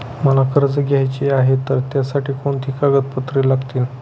मला कर्ज घ्यायचे आहे तर त्यासाठी कोणती कागदपत्रे लागतील?